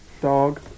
Dog